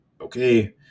Okay